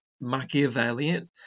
Machiavellian